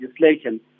legislation